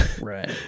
right